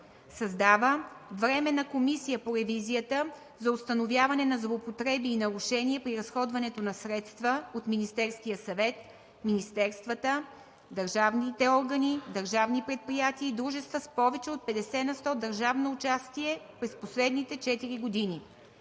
Създава Временна комисия по ревизията за установяване на злоупотреби и нарушения при разходването на средства от Министерския съвет, министерствата, държавните органи, държавни предприятия и дружества с повече от 50 на сто държавно участие през последните 4 години.